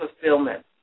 fulfillment